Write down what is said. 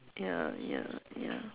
ya ya ya